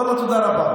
יאללה, תודה רבה.